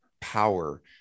power